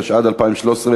התשע"ד 2013,